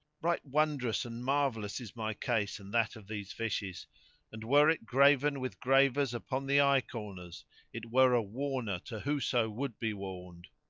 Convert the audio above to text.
right wondrous and marvellous is my case and that of these fishes and were it graven with gravers upon the eye corners it were a warner to whoso would be warned.